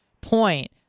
point